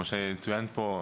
כמו שצוין פה,